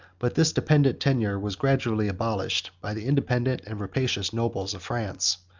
but this dependent tenure was gradually abolished by the independent and rapacious nobles of france,